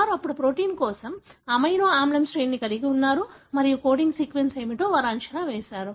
వారు ఇప్పుడు ప్రోటీన్ కోసం అమైనో ఆమ్ల శ్రేణిని కలిగి ఉన్నారు మరియు కోడింగ్ సీక్వెన్స్ ఏమిటో వారు అంచనా వేశారు